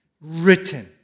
written